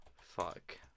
Fuck